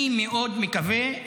אני מאוד מקווה,